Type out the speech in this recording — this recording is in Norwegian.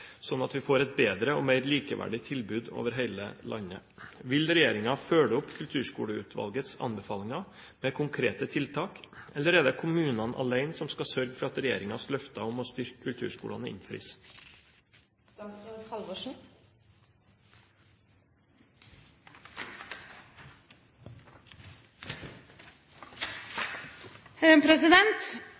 at vi får et bedre og mer likeverdig tilbud over hele landet. Vil regjeringen følge opp Kulturskoleutvalgets anbefalinger med konkrete tiltak, eller er det kommunene alene som skal sørge for at regjeringens løfter om å styrke kulturskolene